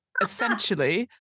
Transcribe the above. essentially